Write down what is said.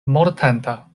mortanta